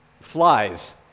flies